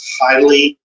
highly